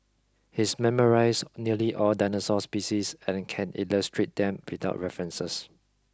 he's memorised nearly all dinosaur species and can illustrate them without references